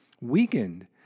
weakened